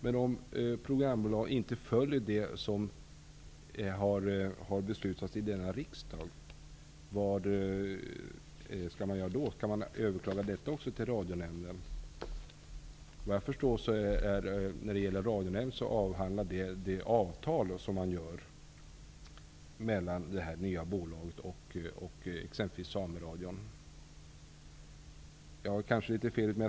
Men om programbolaget inte följer det som har beslutats i denna riksdag, vad skall man göra då? Skall man överklaga detta också till Radionämnden? Såvitt jag förstår skall Radionämnden granskning gälla de avtal som träffas mellan detta nya bolag och exempelvis Sameradion, men jag har kanske fel.